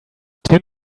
tin